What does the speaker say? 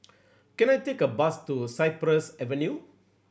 can I take a bus to Cypress Avenue